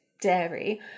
dairy